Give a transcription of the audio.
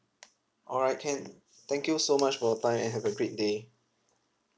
alright can thank you so much for your time and have a great day